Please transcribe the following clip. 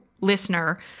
listener